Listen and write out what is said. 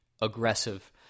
aggressive